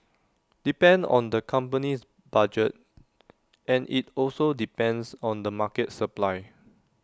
depend on the company's budget and IT also depends on the market supply